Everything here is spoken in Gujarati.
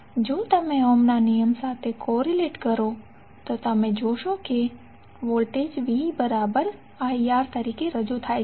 જો તમે ઓહમના નિયમ સાથે કોરીલેટ કરો તો તમે જોશો કે વોલ્ટેજ viR તરીકે રજૂ થાય છે